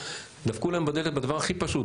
דפקו להם בדלת בדבר הכי פשוט.